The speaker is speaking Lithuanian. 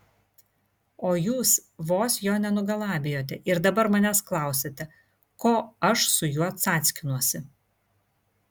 o jūs vos jo nenugalabijote ir dabar manęs klausiate ko aš su juo cackinuosi